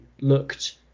looked –